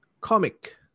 comic